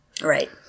Right